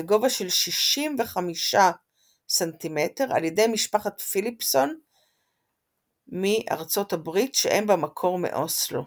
בגובה של 65 ס"מ על ידי משפחת פיליפסון מארצות הברית שהם במקור מאוסלו.